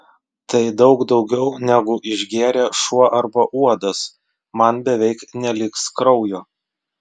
tai daug daugiau negu išgėrė šuo arba uodas man beveik neliks kraujo